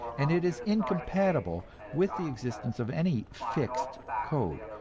and it is incompatible with the existence of any fixed code,